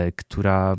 która